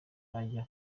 ajya